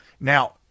Now